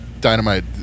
Dynamite